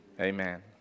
Amen